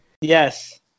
Yes